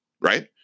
Right